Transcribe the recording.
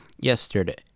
yesterday